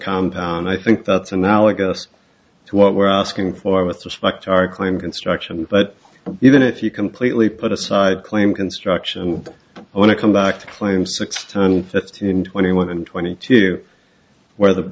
compound i think that's a now i guess what we're asking for with respect to our claim construction but even if you completely put aside claim construction when i come back to claim six turn fifteen twenty one and twenty two where the